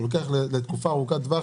אתה לוקח לתקופה ארוכת טווח,